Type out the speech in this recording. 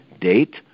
date